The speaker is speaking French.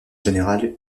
général